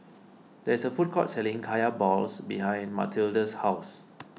there is a food court selling Kaya Balls behind Matilde's house